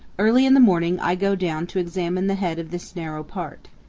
early in the morning i go down to examine the head of this narrow part.